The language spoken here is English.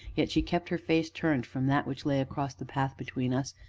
yet she kept her face turned from that which lay across the path between us,